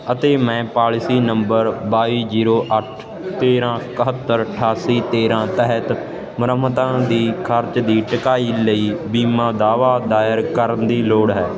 ਅਤੇ ਮੈਂ policy number ਬਾਈ ਜੀਰੋ ਅੱਠ ਤੇਰਾਂ ਇਕਹੱਤਰ ਅਠਾਸੀ ਤੇਰਾਂ ਤਹਿਤ ਮੁਰੰਮਤਾਂ ਦੀ ਖ਼ਰਚ ਦੀ ਢਕਾਈ ਲਈ ਬੀਮਾ ਦਾਅਵਾ ਦਾਇਰ ਕਰਨ ਦੀ ਲੋੜ ਹੈ